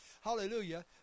hallelujah